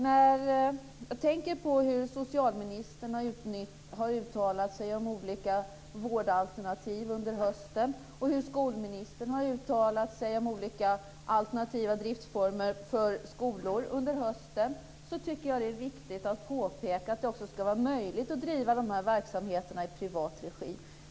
När jag tänker på hur socialministern har uttalat sig om olika vårdalternativ under hösten och hur skolministern har uttalat sig om olika alternativa driftsformer för skolor under hösten, tycker jag att det är viktigt att påpeka att det också ska vara möjligt att driva de här verksamheterna i privat regi.